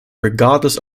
regardless